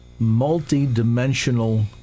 multidimensional